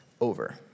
over